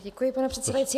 Děkuji, pane předsedající.